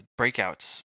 breakouts